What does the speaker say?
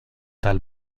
tal